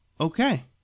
okay